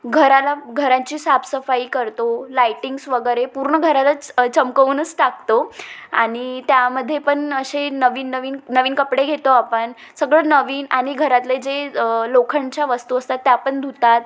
घराला घरांची साफसफाई करतो लायटिंग्स वगैरे पूर्ण घरालाच चमकवूनच टाकतो आणि त्यामध्ये पण असे नवीन नवीन नवीन कपडे घेतो आपण सगळं नवीन आणि घरातले जे लोखंडाच्या वस्तू असतात त्या पण धुतात